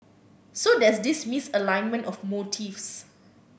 so there's this misalignment of motives